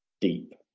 deep